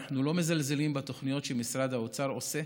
אנחנו לא מזלזלים בתוכניות שמשרד האוצר עושה.